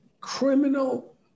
criminal